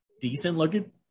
decent-looking